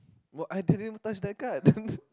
what I didn't even touch that card